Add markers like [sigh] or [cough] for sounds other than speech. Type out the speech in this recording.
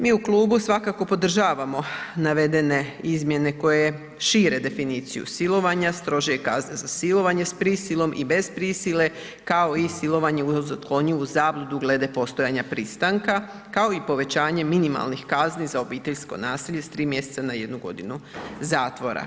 Mi u klubu svakako podržavamo navedene izmjene koje šire definiciju silovanja, strožije kazne za silovanje, s prisilom i bez prisile, kao i silovanje ... [unintelligible] zabludu glede postojanja pristanka, kao i povećanje minimalnih kazni za obiteljsko nasilje s 3 mjeseca na 1 godinu zatvora.